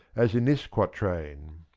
as in this quatrain